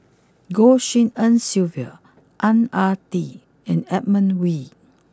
Goh Tshin En Sylvia Ang Ah Tee and Edmund Wee